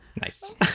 Nice